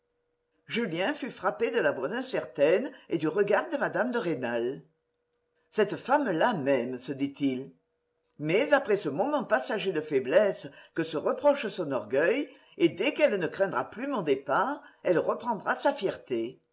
julien fut frappé de la voix incertaine et du regard de mme de rênal cette femme-là m'aime se dit-il mais après ce moment passager de faiblesse que se reproche son orgueil et dès qu'elle ne craindra plus mon départ elle reprendra sa fierté